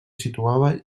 situava